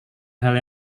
hal